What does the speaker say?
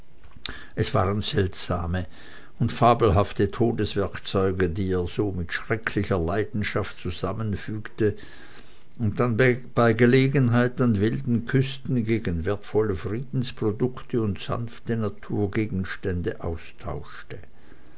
es waren seltsame und fabelhafte todeswerkzeuge die er so mit schrecklicher leidenschaft zusammenfügte und dann bei gelegenheit an wilden küsten gegen wertvolle friedensprodukte und sanfte naturgegenstände austauschte